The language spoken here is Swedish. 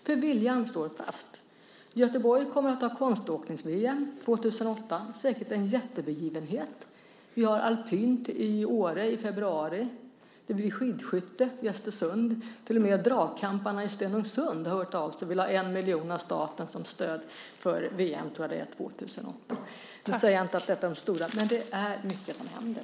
För viljan står fast. Göteborg kommer att ha konståknings-VM 2008. Det är säkert en jättebegivenhet. Vi har alpint i Åre i februari. Det blir skidskytte i Östersund. Till och med dragkamparna i Stenungsund har hört av sig och vill ha en miljon av staten som stöd för VM, tror jag att det är, 2008. Nu säger jag inte att detta är de stora sakerna, men det är mycket som händer.